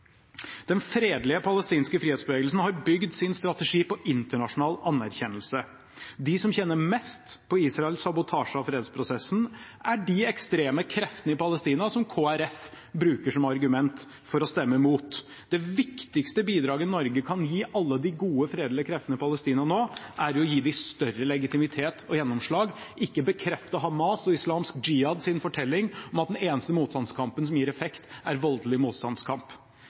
Den fredelige palestinske frihetsbevegelsen har bygd sin strategi på internasjonal anerkjennelse. De som tjener mest på Israels sabotasje av fredsprosessen, er de ekstreme kreftene i Palestina som Kristelig Folkeparti bruker som argument for å stemme mot. Det viktigste bidraget Norge kan gi alle de gode, fredelige kreftene i Palestina nå, er å gi dem større legitimitet og gjennomslag – ikke bekrefte Hamas’ og islamsk jihads fortelling om at den eneste motstandskampen som gir effekt, er voldelig motstandskamp.